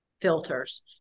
filters